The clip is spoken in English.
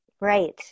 Right